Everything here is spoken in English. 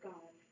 God